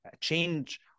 change